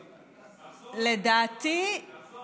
חבריי חברי הכנסת,